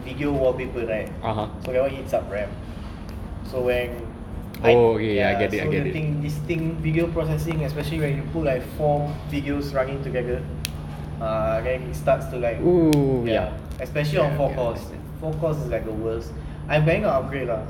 video wallpaper right so that [one] eats up RAM so when I ya so the thing so this thing video processing especially when you put like four videos running together uh then it starts to like ya especially when on four cores four cores is like the worse I'm planning to upgrade ah